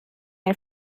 ein